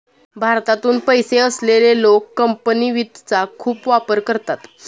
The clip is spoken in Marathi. भारतातून पैसे असलेले लोक कंपनी वित्तचा खूप वापर करतात